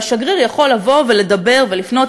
והשגריר יכול לבוא ולדבר ולפנות.